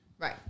Right